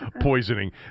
poisoning